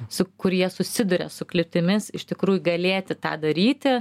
su kur jie susiduria su kliūtimis iš tikrųjų galėti tą daryti